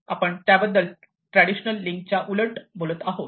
आपण त्याबद्दल ट्रॅडिशनल लिंकच्या उलट बोलत आहोत